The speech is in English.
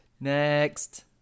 Next